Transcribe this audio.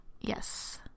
yes